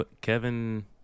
Kevin